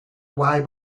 away